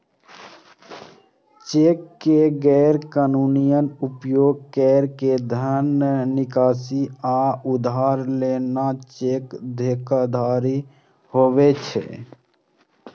cheque के गैर कानूनी उपयोग कैर के धन निकासी या उधार लेना चेक धोखाधड़ी कहाबै छै